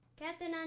Captain